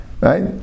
Right